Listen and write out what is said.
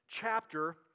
chapter